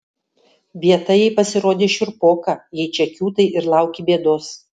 vieta jai pasirodė šiurpoka jei čia kiūtai ir lauki bėdos